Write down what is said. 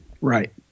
Right